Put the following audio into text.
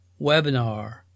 webinar